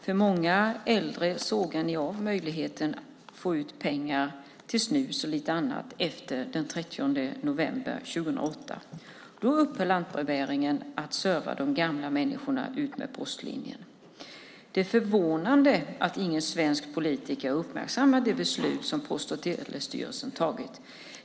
För många äldre sågar Ni av möjligheten få ut pengar till snus och lite annat, efter den 30/11 08 då upphör lantbrevbäringen att serva de gamla människorna utmed postlinjerna. Det är förvånande att ingen Svensk politiker har uppmärksammat det beslut som Post och Telestyrelsen tagit.